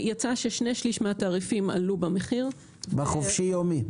יצא ששני שלישים מהתעריפים עלו במחיר של החופשי-יומי,